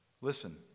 listen